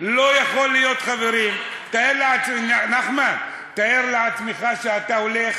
לא יכול להיות, חברים, נחמן, תאר לעצמך שאתה הולך